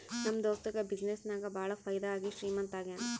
ನಮ್ ದೋಸ್ತುಗ ಬಿಸಿನ್ನೆಸ್ ನಾಗ್ ಭಾಳ ಫೈದಾ ಆಗಿ ಶ್ರೀಮಂತ ಆಗ್ಯಾನ